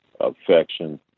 affection